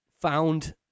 found